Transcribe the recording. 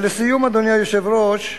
ולסיום, אדוני היושב-ראש,